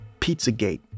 Pizzagate